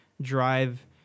drive